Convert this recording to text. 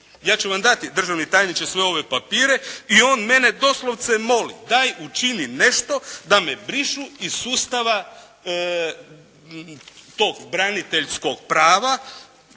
Ja ću vam dati državni tajniče sve ove papire, i on mene doslovce moli daj učini nešto da me brišu iz sustava tog braniteljskog prava